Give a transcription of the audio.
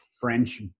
French